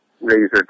razor